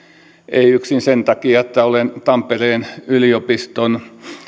ei yksin sen takia että olen tampereen yliopiston